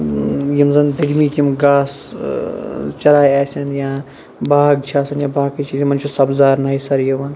یِم زَن یِم گاسہٕ چَراے آسَن یا باغ چھِ آسان یا باقٕے چیٖز یمَن چھُ سَبزار نَیہِ سَر یِوان